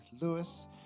lewis